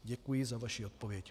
Děkuji za vaši odpověď.